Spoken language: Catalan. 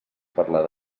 parlar